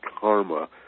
karma